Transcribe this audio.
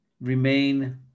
remain